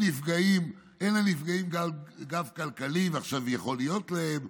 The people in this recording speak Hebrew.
אין לנפגעים גב כלכלי, ועכשיו יכול להיות להם.